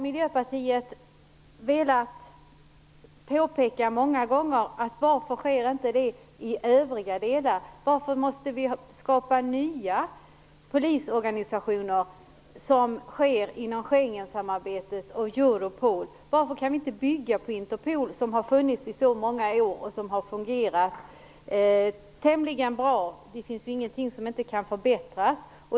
Miljöpartiet har många gånger velat fråga varför det inte sker i övriga delar också. Varför måste det skapas nya polisorganisationer, så som sker inom Schengensamarbetet och Europol? Varför kan vi inte bygga på Interpol som har funnits i så många år och som har fungerat tämligen bra? Det finns ju ingenting som inte kan förbättras.